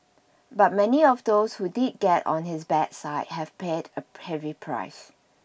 but many of those who did get on his bad side have paid a heavy price